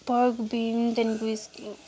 pork been